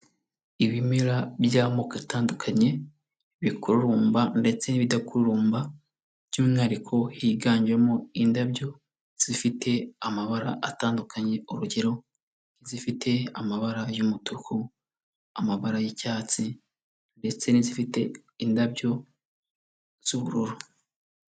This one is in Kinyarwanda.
Ibimera by'amoko atandukanye, bikururumba ndetse n'ibidakurumba by'umwihariko higanjemo indabyo zifite amabara atandukanye urugero nk'izifite amabara y'umutuku, amabara y'icyatsi ndetse n'izifite indabyo z'ubururu.